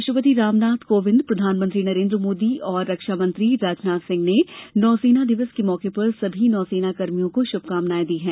राष्ट्रपति रामनाथ कोविंद प्रधानमंत्री नरेंद्र मोदी तथा रक्षा मंत्री राजनाथ सिंह ने नौसेना दिवस के मौके पर सभी नौसेना कर्मियों को शुभकामनाएं दी है